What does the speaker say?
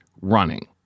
running